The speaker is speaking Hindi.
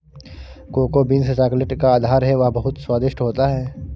कोको बीन्स चॉकलेट का आधार है वह बहुत स्वादिष्ट होता है